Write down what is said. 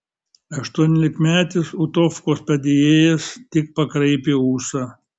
aštuoniolikmetis utovkos padėjėjas tik pakraipė ūsą